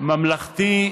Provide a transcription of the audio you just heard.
ממלכתי,